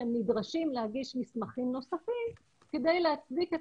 שהם נדרשים להשיג מסמכים נוספים כדי להצדיק את